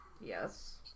Yes